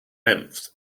length